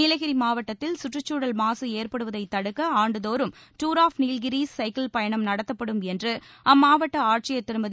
நீலகிரி மாவட்டத்தில் சுற்றுச்சூழல் மாசு ஏற்படுவதைத் தடுக்க ஆண்டுதோறும் டூர் ஆப் நீல்கிரீஸ் சைக்கிள் பயணம் நடத்தப்படும் என்று அம்மாவட்ட ஆட்சியர் திருமதி